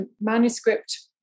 manuscript